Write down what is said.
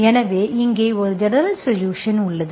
எனவே இங்கே ஒரு ஜெனரல் சொலுஷன் உள்ளது